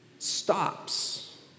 stops